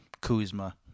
Kuzma